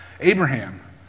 Abraham